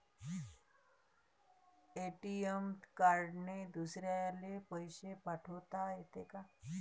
ATM कार्डने दुसऱ्याले पैसे पाठोता येते का?